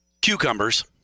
cucumbers